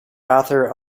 author